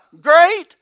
great